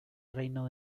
reino